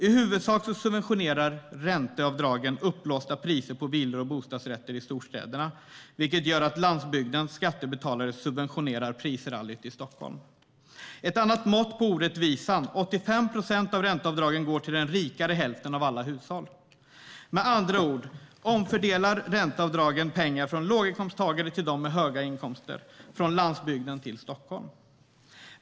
I huvudsak subventionerar ränteavdragen uppblåsta priser på villor och bostadsrätter i storstäderna, vilket gör att landsbygdens skattebetalare subventionerar prisrallyt i Stockholm. Ett annat mått på orättvisan: 85 procent av ränteavdragen går till den rikare hälften av alla hushåll. Med andra ord omfördelar ränteavdragen pengar från låginkomsttagare till dem med höga inkomster och från landsbygden till Stockholm.